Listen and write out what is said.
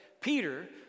Peter